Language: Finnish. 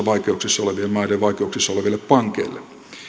vaikeuksissa olevien maiden vaikeuksissa oleville pankeille